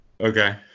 Okay